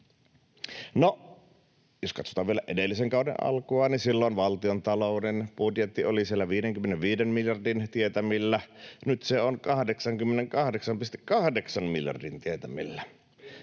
jos katsotaan vielä edellisen kauden alkua, niin silloin valtiontalouden budjetti oli siellä 55 miljardin tietämillä. Nyt se on 88,8 miljardin tietämillä,